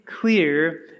clear